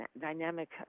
dynamic